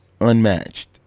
unmatched